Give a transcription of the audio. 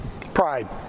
Pride